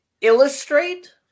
Illustrate